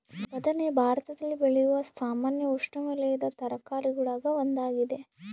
ಬದನೆ ಭಾರತದಲ್ಲಿ ಬೆಳೆಯುವ ಸಾಮಾನ್ಯ ಉಷ್ಣವಲಯದ ತರಕಾರಿಗುಳಾಗ ಒಂದಾಗಿದೆ